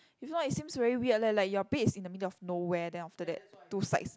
if not it seems very weird leh like your bed is in the middle of nowhere then after that two sides